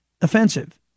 offensive